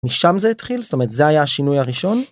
משם זה התחיל זאת אומרת זה היה השינוי הראשון.